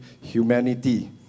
humanity